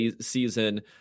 season